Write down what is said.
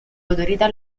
autorità